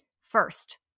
First